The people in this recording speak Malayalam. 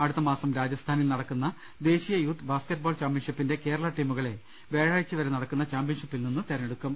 അടുത്തമാസം രാജസ്ഥാനിൽ നടക്കുന്ന ദേശീയ യൂത്ത് ബാസ്ക്കറ്റ്ബോൾ ചാമ്പ്യൻഷിപ്പിന്റെ കേരള ടീമുകളെ വ്യാഴാഴ്ച വരെ നടക്കുന്ന ചാമ്പ്യൻഷി പ്പിൽ നിന്ന് തെരഞ്ഞെടുക്കും